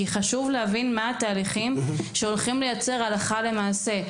כי חשוב להבין מה התהליכים שהולכים לייצר הלכה למעשה.